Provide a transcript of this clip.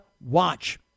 watch